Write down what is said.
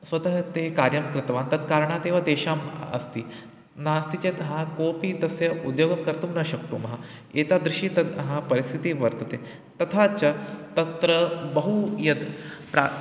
स्वतः ते कार्यं कृतवान् तत्कारणादेव तेषाम् अस्ति नास्ति चेत् हा कोऽपि तस्य उद्योगं कर्तुं न शक्नुमः एतादृशी तद् ह परिस्थितिः वर्तते तथा च तत्र बहु यद् प्र